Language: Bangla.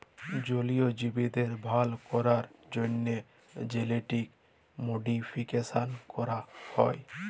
জলীয় জীবদের ভাল ক্যরার জ্যনহে জেলেটিক মডিফিকেশাল ক্যরা হয়